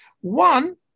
One